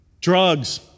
drugs